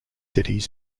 city